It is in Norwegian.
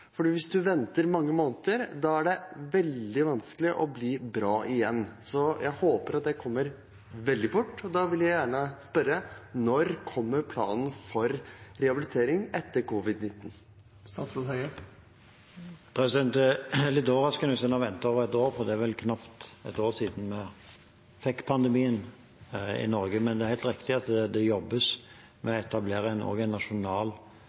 hvis man venter mange måneder, er det veldig vanskelig å bli bra igjen. Så jeg håper at det kommer veldig fort, og da vil jeg gjerne spørre: Når kommer planen for rehabilitering etter covid-19? Det er litt overraskende hvis en har ventet over ett år, for det er vel knapt ett år siden vi fikk pandemien til Norge. Men det er helt riktig at det i Helsedirektoratet jobbes med å etablere en nasjonal